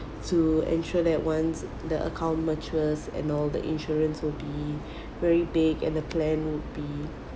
to ensure that once the account matures and all the insurance will be very big and the plan would be